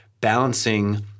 balancing